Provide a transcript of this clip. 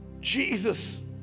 Jesus